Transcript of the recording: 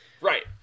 Right